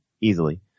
easily